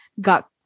got